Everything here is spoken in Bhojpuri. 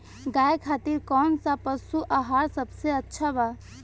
गाय खातिर कउन सा पशु आहार सबसे अच्छा बा?